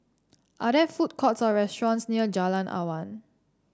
are there food courts or restaurants near Jalan Awan